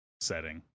setting